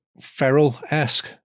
feral-esque